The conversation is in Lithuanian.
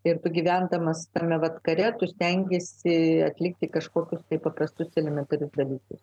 ir tu gyvendamas tame kare stengiasi atlikti kažkokius tai paprastus elementarius dalykus